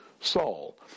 Saul